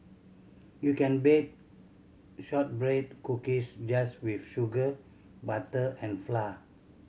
you can bake shortbread cookies just with sugar butter and flour